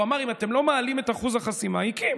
הוא אמר: אם אתם לא מעלים את אחוז החסימה, הקים.